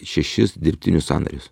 šešis dirbtinius sąnarius